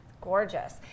gorgeous